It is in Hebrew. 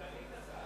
סגנית.